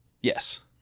Yes